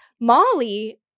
Molly